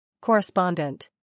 Correspondent